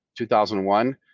2001